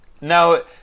no